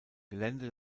gelände